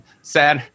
sad